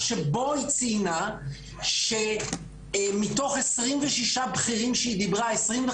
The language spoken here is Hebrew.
היא הפיקה דוח שבו היא ציינה שמתוך 26 בכירים שהיא דיברה איתם,